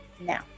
now